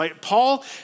Paul